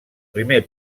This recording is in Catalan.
primer